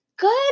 Good